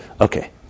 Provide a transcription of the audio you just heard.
okay